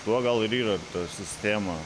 tuo gal ir yra ta sistema